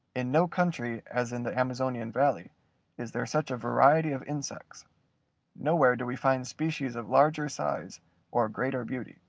in no country as in the amazonian valley is there such a variety of insects nowhere do we find species of larger size or greater beauty.